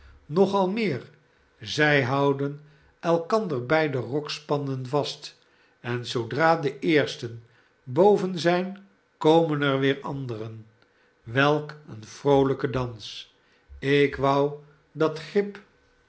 nog al meer zij houden elkander bij de rokspanden vast en zoodra de eersten boven ziin komen er weer anderen welk een vroolijke dans ik wou dat grip